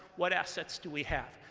what assets do we have?